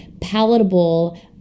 palatable